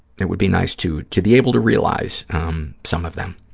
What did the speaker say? it would be nice to to be able to realize some of them.